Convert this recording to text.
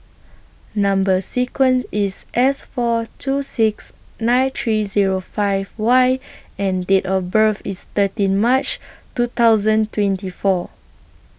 Number sequence IS S four two six nine three Zero five Y and Date of birth IS thirteen March two thousand twenty four